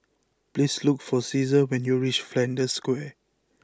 please look for Ceasar when you reach Flanders Square